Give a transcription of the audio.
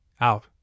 out